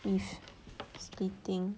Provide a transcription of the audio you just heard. if splitting